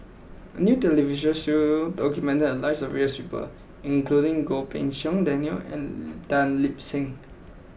a new television show documented the lives of various people including Goh Pei Siong Daniel and Tan Lip Seng